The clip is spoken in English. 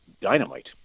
dynamite